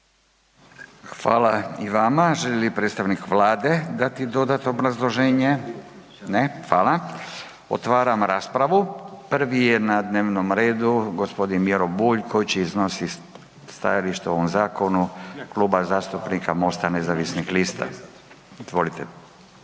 Fala i vama. Želi li predstavnik Vlade dati dodatno obrazloženje? Ne. Hvala. Otvaram raspravu. Prvi je na dnevnom radu gospodin Miro Bulj koji će iznositi stajalište o ovom zakonu Kluba zastupnika Mosta nezavisnih lista. Izvolite.